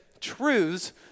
truths